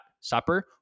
supper